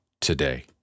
today